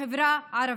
כחברה ערבית.